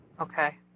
Okay